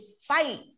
fight